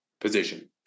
position